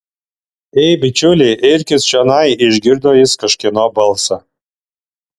ei bičiuli irkis čionai išgirdo jis kažkieno balsą